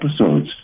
episodes